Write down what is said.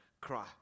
cry